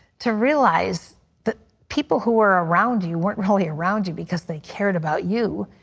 to realize that people who are around you, were only around you because they cared about you,